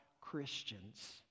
Christians